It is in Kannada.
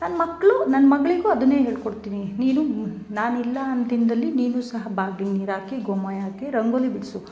ನನ್ನ ಮಕ್ಕಳು ನನ್ನ ಮಗಳಿಗೂ ಅದನ್ನೇ ಹೇಳಿಕೊಡ್ತೀನಿ ನೀನು ನಾನು ಇಲ್ಲಾಂದ ದಿನದಲ್ಲಿ ನೀನು ಸಹ ಬಾಗಿಲಿಗೆ ನೀರು ಹಾಕಿ ಗೋಮಯ ಹಾಕಿ ರಂಗೋಲಿ ಬಿಡಿಸು